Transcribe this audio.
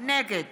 נגד